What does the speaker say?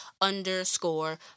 underscore